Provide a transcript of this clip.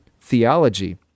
theology